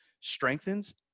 strengthens